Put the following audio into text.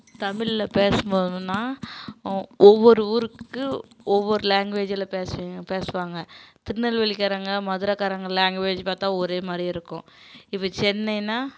தமிழில் பேசும்போதுனால் ஓ ஒவ்வொரு ஊருக்கு ஒவ்வொரு லேங்குவேஜில் பேசி பேசுவாங்க திருநெல்வேலிக்காரங்க மதுரைக்காரங்க லேங்குவேஜ் பார்த்தா ஒரே மாதிரியே இருக்கும் இப்போ சென்னைன்னால்